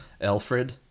Alfred